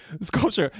sculpture